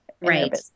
right